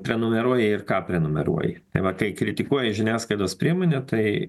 prenumeruoji ir ką prenumeruoji tai va kai kritikuoji žiniasklaidos priemonę tai